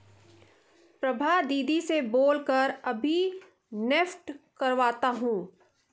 प्रभा दीदी से बोल कर अभी नेफ्ट करवाता हूं